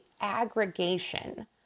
aggregation